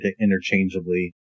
interchangeably